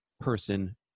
person